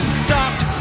stopped